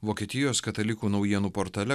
vokietijos katalikų naujienų portale